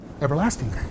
everlasting